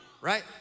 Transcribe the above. right